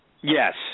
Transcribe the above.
Yes